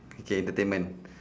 okay entertainment